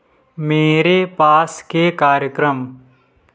मेरे पास के कार्यक्रम